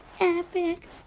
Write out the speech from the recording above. Epic